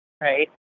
Right